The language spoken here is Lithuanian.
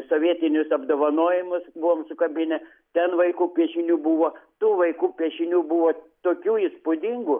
sovietinius apdovanojimus buvom sukabinę ten vaikų piešinių buvo tų vaikų piešinių buvo tokių įspūdingų